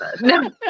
No